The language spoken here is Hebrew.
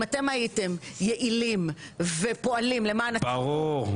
אם אתם הייתם יעילים ופועלים למען ה -- מה